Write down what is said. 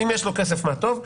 אם יש לו כסף מה טוב,